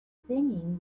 singing